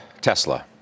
Tesla